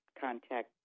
contact